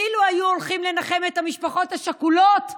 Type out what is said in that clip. אילו היו הולכים לנחם את המשפחות השכולות,